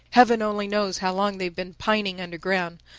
heaven only knows how long they've been pining underground.